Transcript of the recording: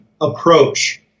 approach